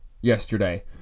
yesterday